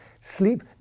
Sleep